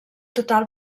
total